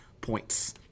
points